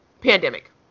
pandemic